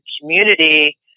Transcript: community